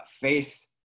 face